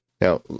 Now